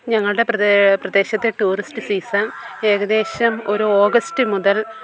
ഞങ്ങളുടെ പ്രദേശത്തെ tourist season ഏകദേശം ഒരു ഓഗസ്റ്റ് മുതൽ